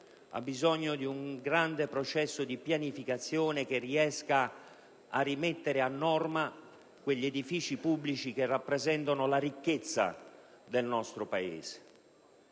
ha bisogno di un imponente progetto di pianificazione per mettere a norma gli edifici pubblici che rappresentano la ricchezza del nostro Paese.